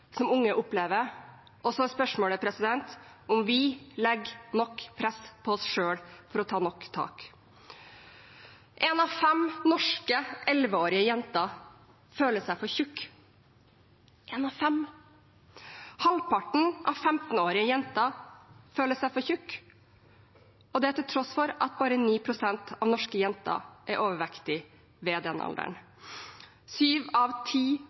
som unge opplever, og så er spørsmålet om vi legger nok press på oss selv for å ta nok tak. En av fem norske 11-årige jenter føler seg for tjukk – én av fem. Halvparten av 15-årige jenter føler seg for tjukk, og det til tross for at bare 9 pst. av norske jenter er overvektige i den alderen. Sju av ti